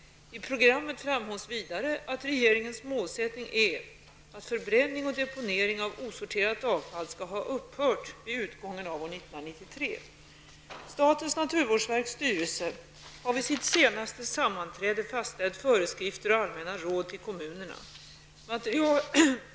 I programmet framhålls vidare att regeringens målsättning är att förbränning och deponering av osorterat avfall skall ha upphört vid utgången av år 1993. Statens naturvårdsverks styrelse har vid sitt senaste sammanträde fastställt föreskrifter och allmänna råd till kommunerna.